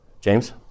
James